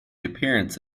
appearance